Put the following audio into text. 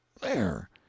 there